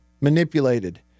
manipulated